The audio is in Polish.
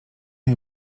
jej